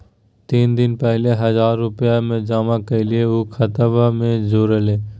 तीन दिन पहले हजार रूपा जमा कैलिये, ऊ खतबा में जुरले?